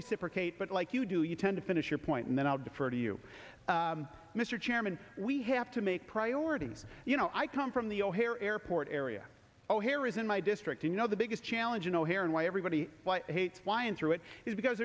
reciprocate but like you do you tend to finish your point and then i'll defer to you mr chairman we have to make priorities you know i come from the o'hare airport area o'hare is in my district you know the biggest challenge in o'hare and why everybody hates flying through it is because